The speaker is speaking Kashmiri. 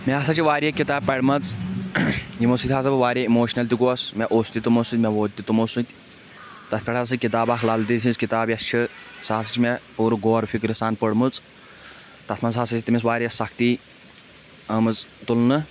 مےٚ ہسا چھِ واریاہ کِتاب پٔرمٕژ یِمو سۭتۍ ہسا بہٕ واریاہ اِموشنَل تہِ گوس مےٚ اوٚس تہِ تِمو سۭتۍ مےٚ ووٚد تہِ تِمو سۭتۍ تَتھ پٮ۪ٹھ ہسا کِتاب اکھ لل دٮ۪د ۂنٛز کِتاب یۄس چھِ سُہ ہسا چھِ مےٚ پوٗرٕ غور فِکرِ سان پٔرمٕژ تَتھ منٛز ہسا چھِ تٔمِس واریاہ سختی آمٕژ تُلنہٕ